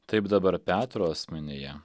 taip dabar petro asmenyje